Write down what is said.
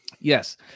Yes